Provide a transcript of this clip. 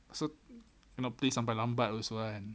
so cannot play sampai lambat also kan